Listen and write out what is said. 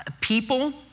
People